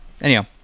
Anyhow